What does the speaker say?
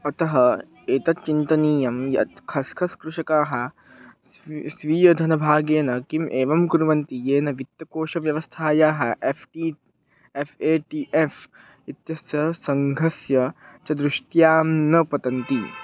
अतः एतत् चिन्तनीयं यत् खस्खस्कृषकाः स्वी स्वीयधनभागेन किम् एवं कुर्वन्ति येन वित्तकोशव्यवस्थायाः F T F A T F इत्यस्य सङ्घस्य च दृष्ट्यां न पतन्ति